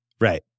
Right